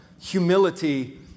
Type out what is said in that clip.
humility